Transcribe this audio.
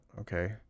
Okay